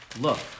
look